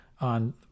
on